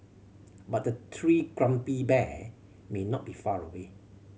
but the three grumpy bear may not be far away